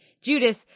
Judith